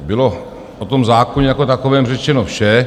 Bylo o tom zákoně jako takovém řečeno vše.